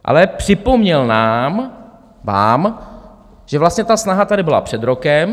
Ale připomněl nám, vám, že vlastně ta snaha tady byla před rokem.